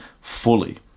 fully